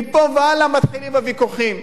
מפה והלאה מתחילים הוויכוחים.